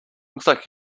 like